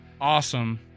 Awesome